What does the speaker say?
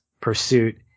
pursuit